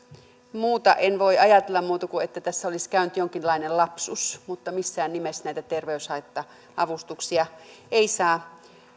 en voi ajatella muuta kuin että tässä olisi käynyt jonkinlainen lapsus mutta missään nimessä näitä terveyshaitta avustuksia ei saa